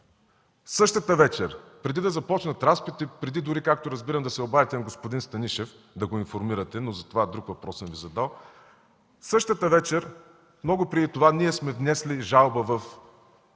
Същата вечер, преди да започнат разпитите, преди дори, както разбирам, да се обадите на господин Станишев да го информирате, но за това друг въпрос съм Ви задал, същата вечер, много преди това, ние сме внесли и жалба в